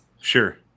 sure